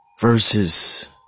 Versus